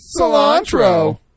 cilantro